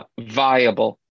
viable